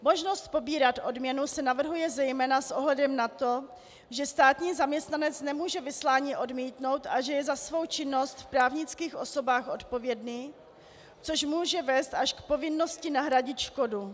Možnost pobírat odměnu se navrhuje zejména s ohledem na to, že státní zaměstnanec nemůže vyslání odmítnout a že je za svou činnost v právnických osobách odpovědný, což může vést až k povinnosti nahradit škodu.